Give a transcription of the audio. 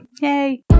yay